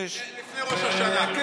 לפני ראש השנה.